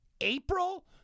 April